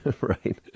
right